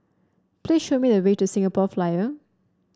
please show me the way to The Singapore Flyer